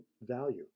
value